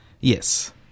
Yes